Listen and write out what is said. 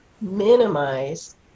minimize